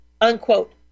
unquote